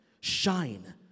Shine